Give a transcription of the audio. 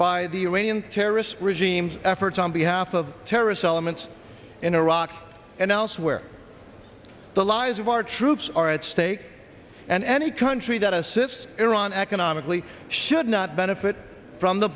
by the iranian terrorist regimes efforts on behalf of terrorist elements in iraq and elsewhere the lives of our troops are at stake and any country that assists iran economically should not benefit from the